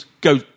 go